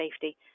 safety